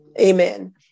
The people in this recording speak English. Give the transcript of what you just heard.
Amen